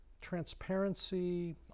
Transparency